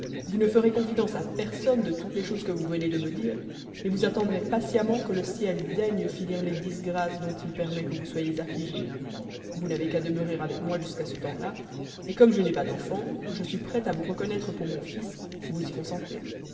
vous ne ferez confidence à personne de toutes les choses que vous venez de me dire et vous attendrez patiemment que le ciel daigne finir les disgrâces dont il permet que vous soyez affligé vous n'avez qu'à demeurer avec moi jusqu'à ce temps-là et comme je n'ai pas d'enfants je suis prêt à vous reconnaître pour mon fils si vous y consentez